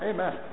Amen